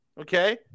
okay